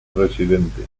residente